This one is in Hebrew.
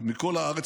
מכל הארץ,